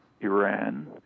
Iran